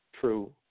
true